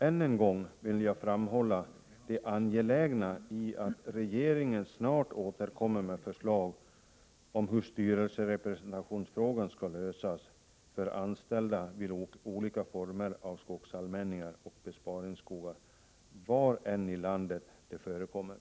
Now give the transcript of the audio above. Än en gång vill jag framhålla det angelägna i att regeringen snarast återkommer med förslag om hur frågan om styrelserepresentation skall lösas för anställda vid olika former av skogsallmänningar och besparingsskogar var i landet de än förekommer. Herr talman! Jag har för dagen inget yrkande.